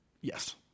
Yes